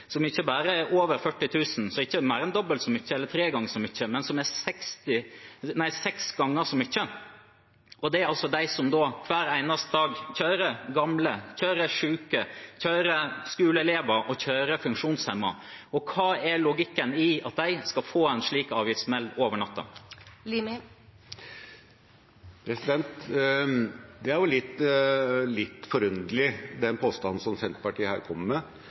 så mye eller tre ganger så mye, men seks ganger så mye. Det gjelder dem som hver eneste dag kjører gamle, syke, skoleelever og funksjonshemmede. Hva er logikken i at de skal få en slik avgiftssmell over natta? Den er litt forunderlig, den påstanden som Senterpartiet her kommer med.